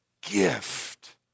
gift